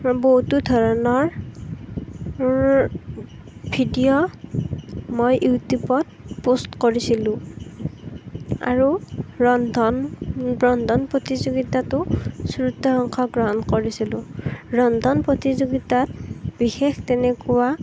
বহুতো ধৰণৰ ভিডিঅ' মই ইউটিউবত পষ্ট কৰিছিলো আৰু ৰন্ধন ৰন্ধন প্ৰতিযোগিতাতো অংশগ্ৰহণ কৰিছিলো ৰন্ধন প্ৰতিযোগিতাত বিশেষ তেনেকুৱা